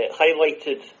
highlighted